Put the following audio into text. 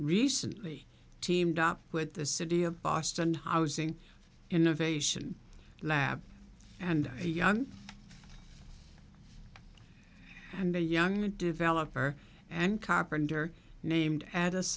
recently teamed up with the city of boston housing innovation lab and a young and the young developer and copper under named a